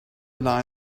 lie